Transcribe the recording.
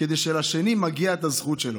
כדי שלשני תגיע הזכות שלו.